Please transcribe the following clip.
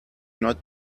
not